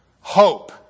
hope